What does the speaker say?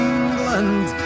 England